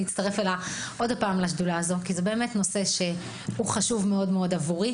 שוב אצטרף אליה לשדולה הזו כי זה באמת נושא חשוב מאוד מאוד עבורי.